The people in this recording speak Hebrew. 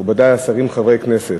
מכובדי השרים, חברי כנסת,